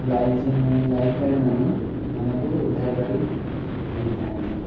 life lifeguard ମାନେ ଆମକୁ ଉଦ୍ଧାର କରି ଆଣିଥାନ୍ତି